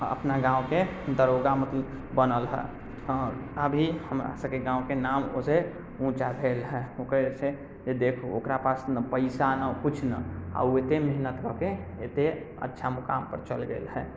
अपना गाँवके दरोगा मतलब बनल है आओर अभी हमरा सभकेँ गाँवके नाम ओहि से ऊँचा भेल है ओकरे से जे देखि ओकरा पास नहि पैसा नहि किछु नहि आ ओ एते मेहनत कऽके एते अच्छा मुकाम पर चलि गेल है